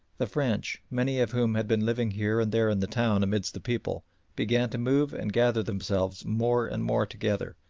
the french many of whom had been living here and there in the town amidst the people began to move and gather themselves more and more together,